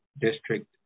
District